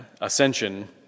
Ascension